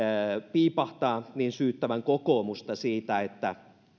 piipahtaa syyttävän kokoomusta siitä että